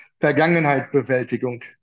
Vergangenheitsbewältigung